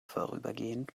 vorübergehend